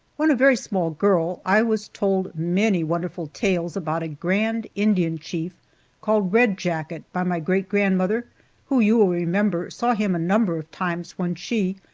when a very small girl, i was told many wonderful tales about a grand indian chief called red jacket, by my great-grandmother, who, you will remember, saw him a number of times when she,